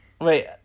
Wait